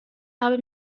habe